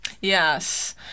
Yes